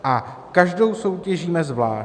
A každou soutěžíme zvlášť.